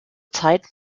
zeit